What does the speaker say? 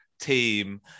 team